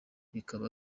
bikaba